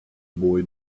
boy